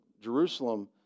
Jerusalem